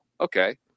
okay